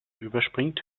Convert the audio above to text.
überspringt